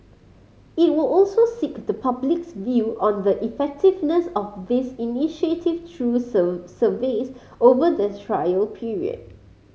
it will also seek the public's view on the effectiveness of this initiative through surveys over the trial period